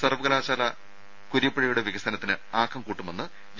സർവ്വകലാശാല കുരീപ്പുഴയുടെ വികസനത്തിന് ആക്കം കൂട്ടുമെന്ന് ജെ